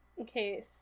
Okay